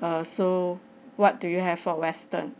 uh so what do you have for western